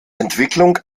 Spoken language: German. entwicklung